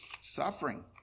suffering